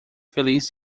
feliz